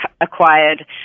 acquired